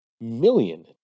Million